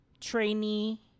trainee